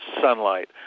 sunlight